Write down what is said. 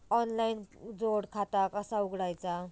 Online जोड खाता कसा उघडायचा?